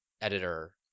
editor